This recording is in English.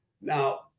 Now